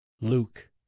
Luke